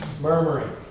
murmuring